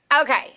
Okay